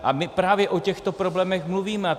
A právě o těchto problémech mluvíme.